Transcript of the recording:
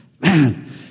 Man